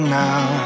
now